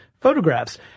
photographs